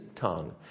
tongue